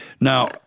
Now